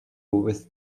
with